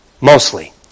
Mostly